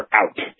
out